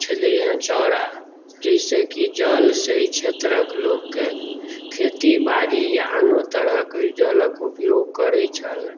छलै हँ चौड़ा जाहिसॅं की जलसँ ई क्षेत्रक लोकके खेती बारी या आनो तरहक ई जलके उपयोग करै छल